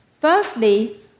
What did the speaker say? Firstly